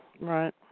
Right